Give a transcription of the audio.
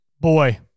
Boy